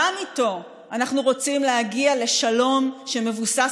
גם איתו אנחנו רוצים להגיע לשלום שמבוסס